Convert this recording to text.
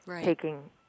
taking